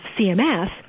CMS